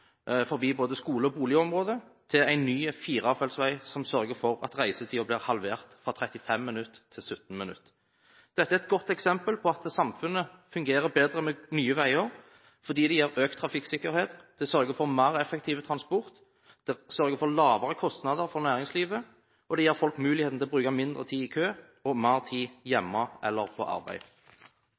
forbi både skole- og boligområde, til en ny firefelts vei som sørger for at reisetiden blir halvert fra 35 minutter til 17 minutter. Dette er et godt eksempel på at samfunnet fungerer bedre med nye veier, fordi det gir økt trafikksikkerhet, det sørger for mer effektiv transport, det sørger for lavere kostnader for næringslivet, og det gir folk muligheten til å bruke mindre tid i kø og mer tid hjemme eller på arbeid.